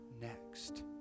next